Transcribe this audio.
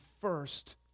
first